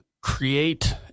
create